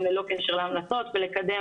גם ללא קשר להמלצות ולקדם,